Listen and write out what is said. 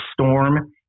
storm